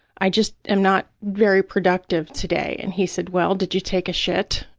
i just am not very productive today, and he said, well, did you take a shit?